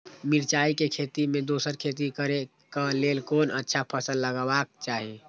मिरचाई के खेती मे दोसर खेती करे क लेल कोन अच्छा फसल लगवाक चाहिँ?